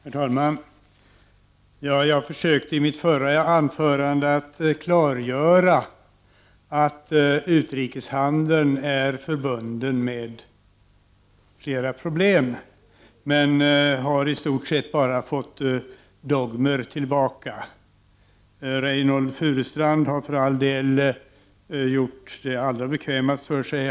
Herr talman! Jag försökte i mitt förra anförande att klargöra att utrikeshandeln är förbunden med flera problem men har i stort sett bara fått dogmer tillbaka. Reynoldh Furustrand har för all del gjort det allra bekvämast för sig.